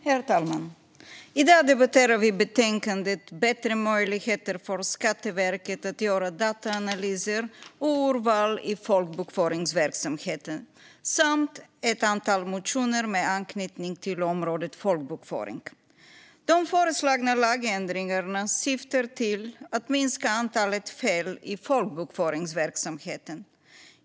Herr talman! I dag debatterar vi betänkandet Bättre möjligheter för Skatteverket att göra dataanalyser och urval i folkbokföringsverksamheten samt ett antal motioner med anknytning till området folkbokföring. De föreslagna lagändringarna syftar till att minska antalet fel i folkbokföringsverksamheten.